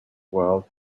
world